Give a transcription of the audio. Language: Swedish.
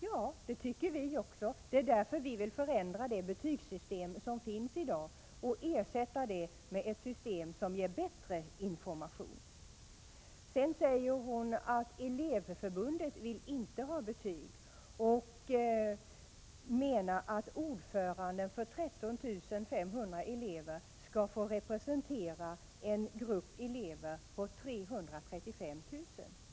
Ja, det tycker vi också. Därför vill vi ändra det betygssystem som tillämpas i dag och ersätta det med ett system som ger bättre information. Sedan säger Margareta Hemmingsson att Elevorganisationen inte vill ha betyg och menar att ordföranden för 13 500 elever skall få representera en grupp elever på 335 000.